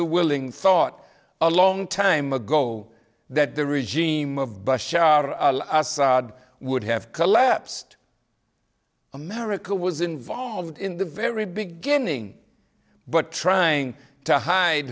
the willing thought a long time ago that the regime of bashar assad would have collapsed america was involved in the very beginning but trying to hide